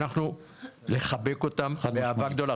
לחבק אותם באהבה גדולה.